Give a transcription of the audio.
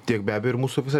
tiek be abejo ir mūsų visai